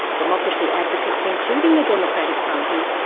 democracy advocates, including the democratic party,